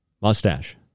mustache